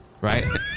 Right